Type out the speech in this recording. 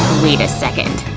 wait a second,